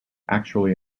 actually